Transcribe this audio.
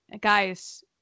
Guys